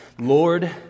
Lord